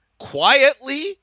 quietly